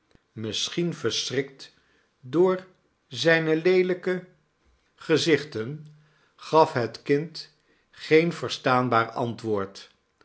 misschien verschrikt door zyne leelijke geeen oase in be woestun zichten gaf het kind geen verstaanbaar antwoord